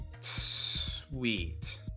sweet